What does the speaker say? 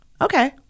Okay